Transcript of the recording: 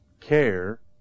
care